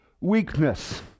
weakness